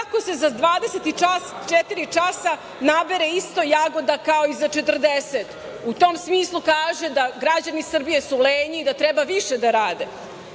kako se za 24 časa nabere isto jagoda kao i za 40. U tom smislu kaže da su građani Srbije lenji i da treba više da rade. Hoće